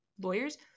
lawyers